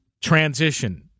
transition